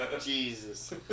Jesus